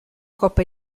coppa